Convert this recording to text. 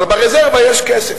אבל ברזרבה יש כסף.